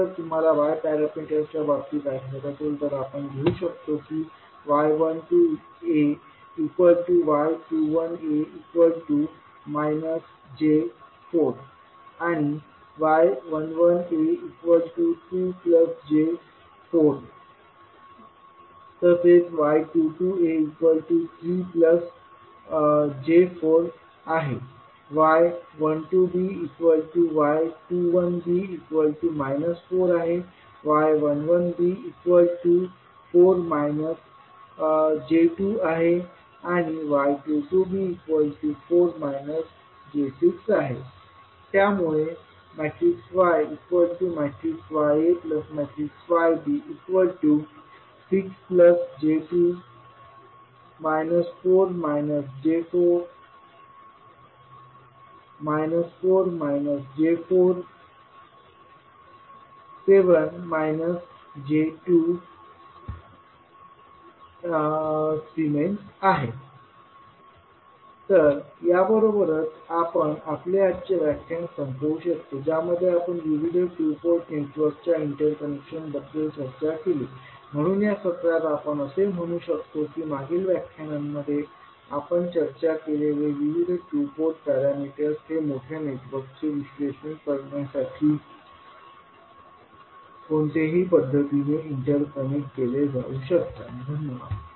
हे जर तुम्हाला Y पॅरामीटर्सच्या बाबतीत आठवत असेल तर आपण लिहू शकतो की y12ay21a j4y11a2j4y22a3j4 y12by21b 4y11b4 j2y22b4 j6 त्यामुळे yyayb6j2 4 j4 4 j4 7 j2 S तर याबरोबरच आपण आपले आजचे व्याख्यान संपवु शकतो ज्यामध्ये आपण विविध टू पोर्ट नेटवर्कच्या इंटरकनेक्शन बद्दल चर्चा केली म्हणून या सत्रात आपण असे म्हणू शकतो की मागील व्याख्यानांमध्ये आपण चर्चा केलेले विविध टू पोर्ट पॅरामीटर्स हे मोठ्या नेटवर्कचे विश्लेषण करण्यासाठी कोणतीही पद्धतीने इंटरकनेक्ट केल्या जाऊ शकतात धन्यवाद